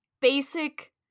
basic